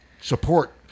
support